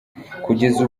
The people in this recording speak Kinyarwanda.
kugeza